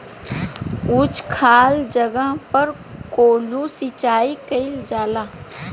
उच्च खाल जगह पर कोल्हू सिचाई कइल जाला